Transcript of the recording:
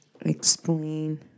explain